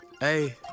Hey